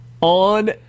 On